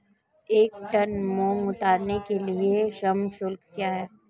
एक टन मूंग उतारने के लिए श्रम शुल्क क्या है?